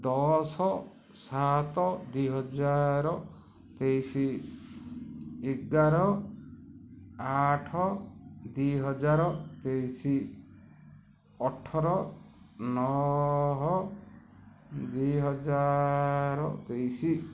ଦଶ ସାତ ଦୁଇ ହଜାର ତେଇଶି ଏଗାର ଆଠ ଦୁଇ ହଜାର ତେଇଶି ଅଠର ନଅ ଦୁଇ ହଜାର ତେଇଶି